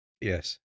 Yes